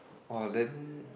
!wah! then